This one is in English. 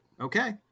Okay